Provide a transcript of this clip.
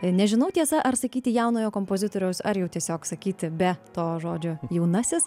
nežinau tiesa ar sakyti jaunojo kompozitoriaus ar jau tiesiog sakyti be to žodžio jaunasis